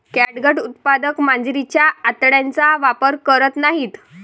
catgut उत्पादक मांजरीच्या आतड्यांचा वापर करत नाहीत